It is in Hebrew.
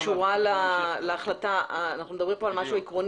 לא, אנחנו מדברים פה על משהו עקרוני.